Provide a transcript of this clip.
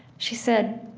she said,